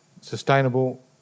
sustainable